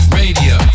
radio